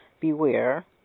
beware